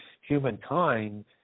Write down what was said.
humankind